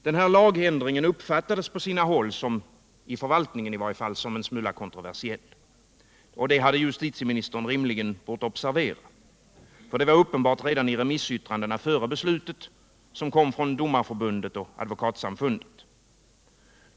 Den här lagändringen uppfattades på sina håll, i varje fall i förvaltningen, som kontroversiell. Det hade justitieministern rimligen bort observera. Det var uppenbart redan i remissyttrandena före beslutet, från Domareförbundet och Advokatsamfundet.